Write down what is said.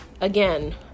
again